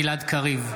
בעד גלעד קריב,